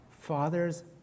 Fathers